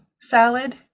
salad